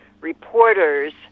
reporters